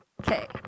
Okay